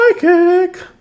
psychic